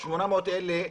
ה-800 האלה,